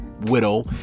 widow